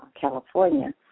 California